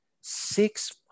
six